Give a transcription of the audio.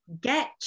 get